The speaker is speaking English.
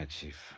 Chief